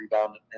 rebound